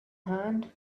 hand